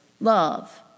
love